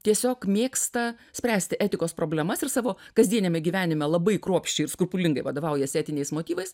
tiesiog mėgsta spręsti etikos problemas ir savo kasdieniame gyvenime labai kruopščiai ir skrupulingai vadovaujasi etiniais motyvais